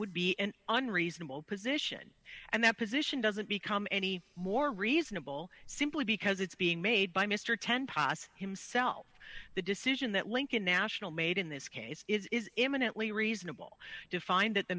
would be an unreasonable position and that position doesn't become any more reasonable simply because it's being made by mr ten pos himself the decision that lincoln national made in this case is eminently reasonable to find that the